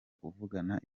kuvugana